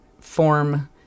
form